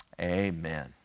amen